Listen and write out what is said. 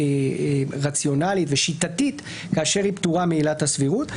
רציונלית ושיטתית כאשר היא פטורה מעילת הסבירות.